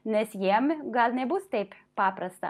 nes jiem gal nebus taip paprasta